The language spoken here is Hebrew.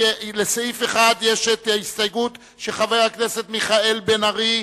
לסעיף 1 יש הסתייגות של חבר הכנסת מיכאל בן-ארי.